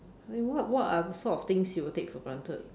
I mean what what are the sort of things you will take for granted